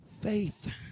faith